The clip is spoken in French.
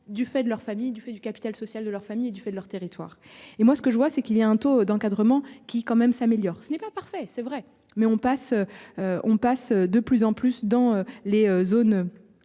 du fait de leur famille, du fait du capital social de leur famille et du fait de leur territoire et moi ce que je vois c'est qu'il y a un taux d'encadrement qui quand même s'améliorent. Ce n'est pas parfait. C'est vrai mais on passe. On passe de plus en plus dans les zones.